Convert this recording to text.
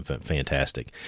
Fantastic